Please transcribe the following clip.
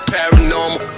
Paranormal